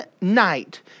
night